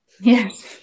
Yes